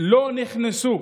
לא נכנסו